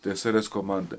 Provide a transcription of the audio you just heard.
tsrs komandą